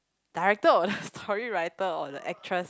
director or the story writer or the actress